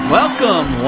welcome